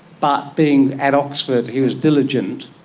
but being at oxford he was diligent,